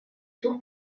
tour